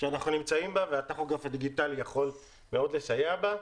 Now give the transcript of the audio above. שאנחנו נמצאים בה והטכוגרף הדיגיטלי יכול מאוד לסייע בה.